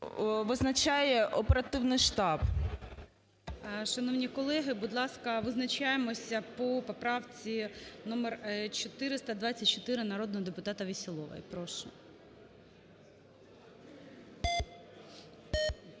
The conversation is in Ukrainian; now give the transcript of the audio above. визначає оперативний штаб. ГОЛОВУЮЧИЙ. Шановні колеги, будь ласка, визначаємося по поправці номер 424 народного депутата Веселової. Прошу.